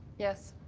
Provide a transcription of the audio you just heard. yes.